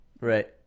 Right